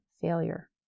failure